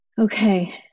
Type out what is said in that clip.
okay